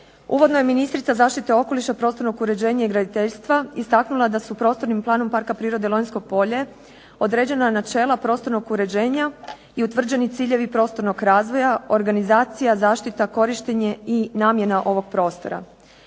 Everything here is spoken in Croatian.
Uvodno je ministrica zaštite okoliša prostornog uređenja i graditeljstva istaknula da su prostornim planom Parka prirode Lonjsko polje određena načela prostornog uređenja i utvrđeni ciljevi prostornog razvoja, organizacija, zaštita, korištenje i namjena ovog prostora.